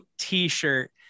t-shirt